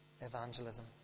evangelism